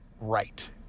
right